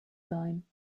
time